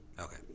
Okay